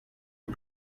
les